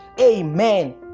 Amen